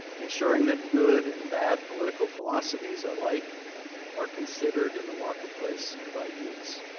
insuring that good and bad political philosophies are like are considered in the marketplace of ideas.